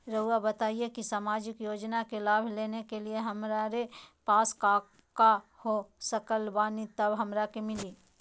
रहुआ बताएं कि सामाजिक योजना के लाभ लेने के लिए हमारे पास काका हो सकल बानी तब हमरा के मिली?